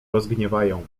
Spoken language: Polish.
rozgniewają